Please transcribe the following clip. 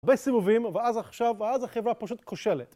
בסיבובים, ואז עכשיו, ואז החברה פשוט כושלת.